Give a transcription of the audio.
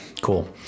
cool